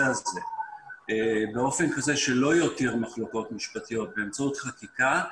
הזה באופן כזה שלא יותיר מחלוקות משפטיות באמצעות חקיקה,